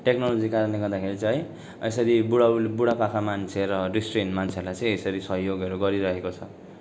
टेक्नोलोजीको कारणले गर्दाखेरि है यसरी बुढा बुढापाका मान्छे र दृष्टिविहीन मान्छेहरूलाई चाहिँ यसरी सहयोगहरू गरिरहेको छ